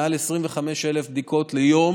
מעל 25,000 בדיקות ליום.